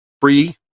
free